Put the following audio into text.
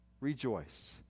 Rejoice